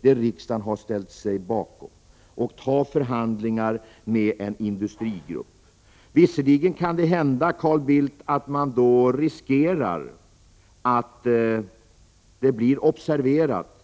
som riksdagen har ställt sig bakom har inneburit, tar upp förhandlingar med en industrigrupp. Visserligen riskerar man då, Carl Bildt, att frågan blir observerad.